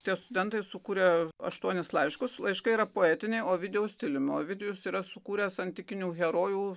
tie studentai sukuria aštuonis laiškus laiškai yra poetiniai ovidijaus stiliumi ovidijus yra sukūręs antikinių herojų